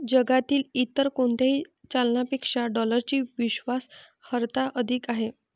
जगातील इतर कोणत्याही चलनापेक्षा डॉलरची विश्वास अर्हता अधिक आहे